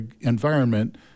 environment